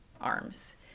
arms